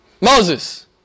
Moses